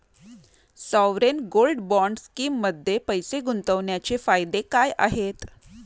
Sovereign gold bond स्कीममध्ये पैसे गुंतवण्याचे फायदे काय आहेत?